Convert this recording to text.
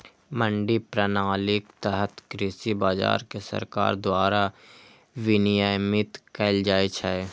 मंडी प्रणालीक तहत कृषि बाजार कें सरकार द्वारा विनियमित कैल जाइ छै